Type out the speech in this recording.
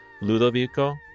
Ludovico